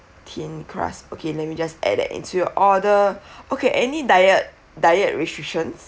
thin crust okay let me just add it into your order okay any diet diet restrictions